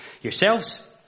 yourselves